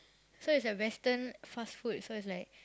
so is at western fast food so is like